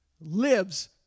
lives